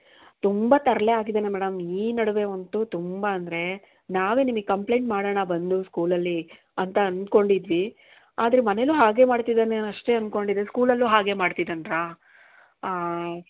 ತುಂಬ ತರಲೆ ಆಗಿದ್ದಾನೆ ಮೇಡಮ್ ಈ ನಡುವೆ ಅಂತೂ ತುಂಬ ಅಂದರೆ ನಾವೇ ನಿಮಗ್ ಕಂಪ್ಲೇಂಟ್ ಮಾಡೋಣ ಬಂದು ಸ್ಕೂಲಲ್ಲಿ ಅಂತ ಅಂದ್ಕೊಂಡಿದ್ವಿ ಆದರೆ ಮನೆಯಲ್ಲೂ ಹಾಗೇ ಮಾಡ್ತಿದ್ದಾನೆ ಅಷ್ಟೇ ಅಂದ್ಕೊಂಡಿದ್ದೆ ಸ್ಕೂಲಲ್ಲೂ ಹಾಗೇ ಮಾಡ್ತಿದಾನಾ